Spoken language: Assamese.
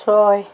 ছয়